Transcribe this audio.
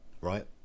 right